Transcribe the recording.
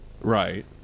Right